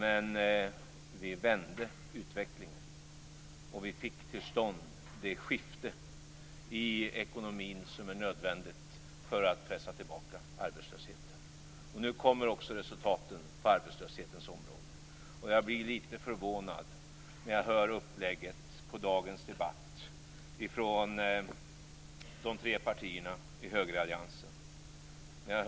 Men vi vände utvecklingen och vi fick till stånd det skifte i ekonomin som är nödvändigt för att pressa tillbaka arbetslösheten. Jag blir litet förvånad när jag hör upplägget på dagens debatt från de tre partierna i högeralliansen.